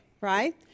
right